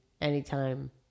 anytime